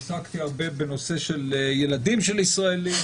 עסקתי הרבה בנושא של ילדים של ישראלים,